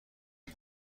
این